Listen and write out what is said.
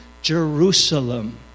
Jerusalem